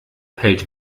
hält